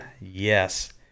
Yes